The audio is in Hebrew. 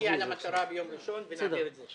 נגיע למטרה ביום ראשון ונעביר את זה.